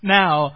now